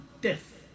death